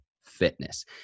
fitness